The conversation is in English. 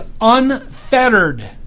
unfettered